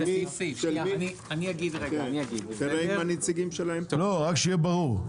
רק שיהיה ברור,